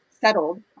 settled